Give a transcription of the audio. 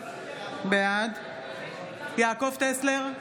בעד יעקב טסלר,